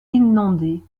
inondée